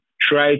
try